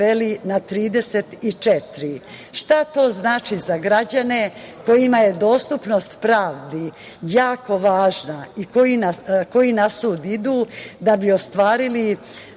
na 34. Šta to znači za građane kojima je dostupnost pravdi jako važna i koji na sud idu da bi ostvarili